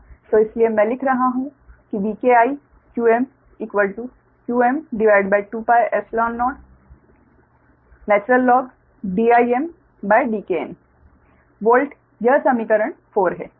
तो इसीलिए मैं लिख रहा हूं Vkiqm2πϵ0 In वोल्ट यह समीकरण 4 है